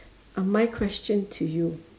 uh my question to you